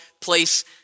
place